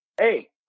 Hey